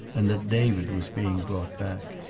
and that david was being brought back.